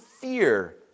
fear